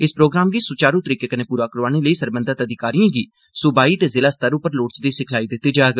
इस प्रोग्राम गी सुचारू तरीके कन्नै पूरा करोआने लेई सरबंघत अधिकारिए गी सूबाई ते जिला स्तर उप्पर लोड़चदी सिखलाई दित्ती जाग